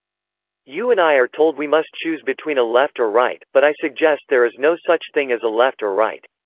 you and i are told we must choose between a left or right, but i suggest there is no such thing as a left or right.